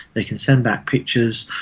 they can send back pictures,